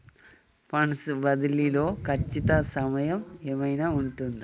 Funds బదిలీ లో ఖచ్చిత సమయం ఏమైనా ఉంటుందా?